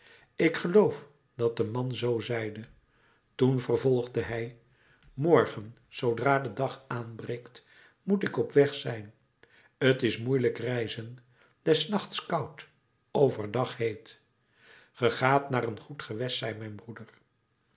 ik geloof dat de man zoo zeide toen vervolgde hij morgen zoodra de dag aanbreekt moet ik op weg zijn t is moeielijk reizen des nachts koud overdag heet ge gaat naar een goed gewest zei mijn broeder